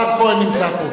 השר כהן נמצא.